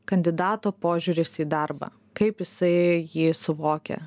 kandidato požiūris į darbą kaip jisai jį suvokia